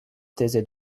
taisait